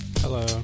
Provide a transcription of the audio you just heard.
Hello